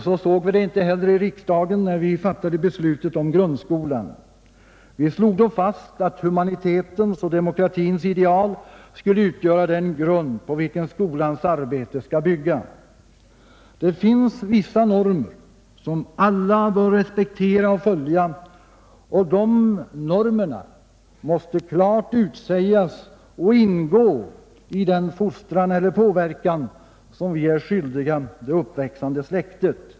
Så såg vi det inte heller när vi i riksdagen fattade beslutet om grundskolan; vi slog då fast att humanitetens och demokratins ideal skall utgöra den grund, på vilken skolans arbete skall byggas. Det finns vissa normer som alla bör respektera och följa och dessa normer måste klart utsägas och ingå i den fostran eller påverkan som vi är skyldiga det uppväxande släktet.